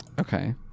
Okay